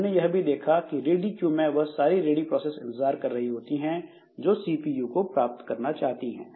हमने यह भी देखा था कि रेडि क्यू में वह सारी रेडी प्रोसेस इंतजार कर रही होती हैं जो सीपीयू को प्राप्त करना चाहती हैं